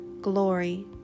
glory